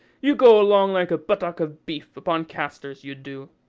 you go along like a buttock of beef upon castors you do.